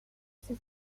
ces